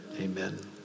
Amen